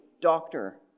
doctor